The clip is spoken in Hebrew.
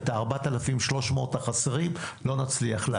את ה-4,300 החסרים לא נצליח להשאיר.